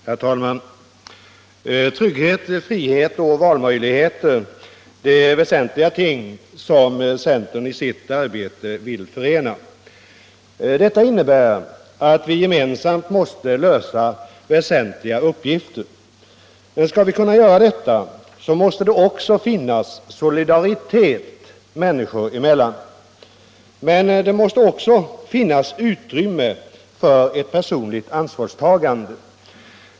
Herr talman! Trygghet, frihet och valmöjligheter är väsentliga ting som centern i sitt arbete vill förena. Detta innebär att vi gemensamt måste lösa väsentliga uppgifter. Skall vi kunna göra det måste det finnas solidaritet människor emellan. Men det måste också finnas utrymme för personligt ansvarstagande.